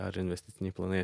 ar investiciniai planai